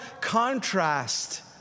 contrast